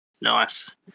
Nice